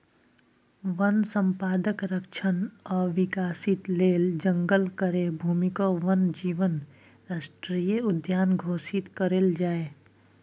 वन संपदाक संरक्षण आ विकास लेल जंगल केर भूमिकेँ वन्य जीव राष्ट्रीय उद्यान घोषित कएल जाए